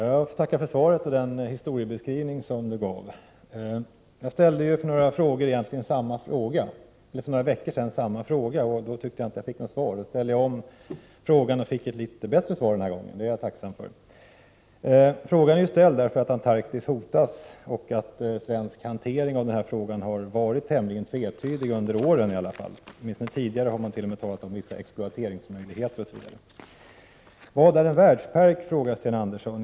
Herr talman! Jag tackar för utrikesministerns svar och historiebeskrivning: För några veckor sedan ställde jag samma fråga. Men jag tyckte inte att jag då fick ett tillfredsställande svar. Därför ställer jag frågan igen. Jag tycker att jag har fått ett litet bättre svar den här gången, och det är jag tacksam för. Frågan är föranledd av att Antarktis hotas och av att svensk hantering i detta ärende har varit tämligen tvetydig under årens lopp. Man har åtminstone tidigare t.o.m. talat om vissa exploateringsmöjligheter. Vad är en världspark? frågar Sten Andersson.